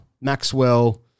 Maxwell